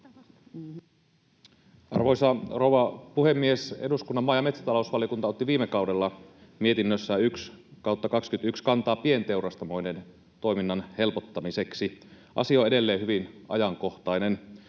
Arvoisa rouva puhemies! Eduskunnan maa- ja metsätalousvaliokunta otti viime kaudella mietinnössään 1/21 kantaa pienteurastamoiden toiminnan helpottamiseksi. Asia on edelleen hyvin ajankohtainen.